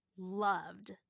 Loved